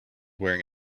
wearing